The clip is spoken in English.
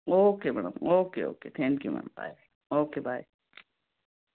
okay madam okay okay thank you ma'am bye okay bye